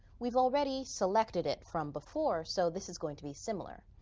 we've already selected it from before. so this is going to be similar.